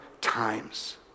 times